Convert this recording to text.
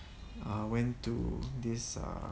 I went to this err